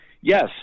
Yes